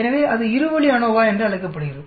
எனவே அது இரு வழி அநோவா என்று அழைக்கப்படுகிறது